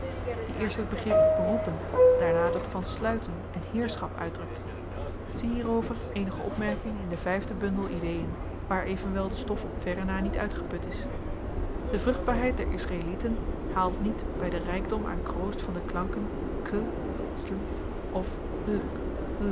die eerst het begrip roepen daarna dat van sluiten en heerschap uitdrukte zie hierover eenige opmerkingen in den vn bundel ideen waar evenwel de stof op verre na niet uitgeput is de vruchtbaarheid der israelieten haalt niet by den rykdom aan kroost van de klanken kl sl of